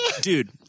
dude